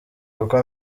kuko